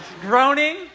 Groaning